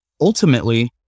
ultimately